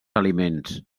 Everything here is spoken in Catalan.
aliments